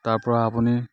তাৰ পৰা আপুনি